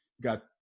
Got